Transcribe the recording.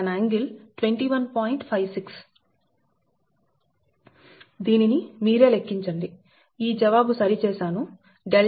560 దీనిని మీరే లెక్కించండిఈ జవాబు సరి చేశాను ∆Vc 827